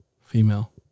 Female